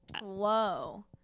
Whoa